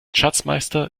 schatzmeister